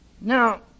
Now